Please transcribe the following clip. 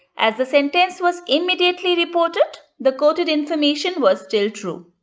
as the sentence was immediately reported, the quoted information was still true.